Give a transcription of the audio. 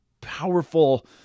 powerful